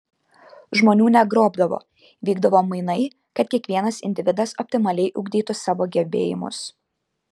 žmonių negrobdavo vykdavo mainai kad kiekvienas individas optimaliai ugdytų savo gebėjimus